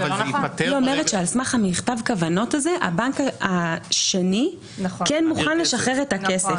היא אומרת שעל סמך מכתב הכוונות הבנק השני כן מוכן לשחרר את הכסף.